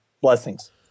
Blessings